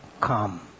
come